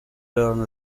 learn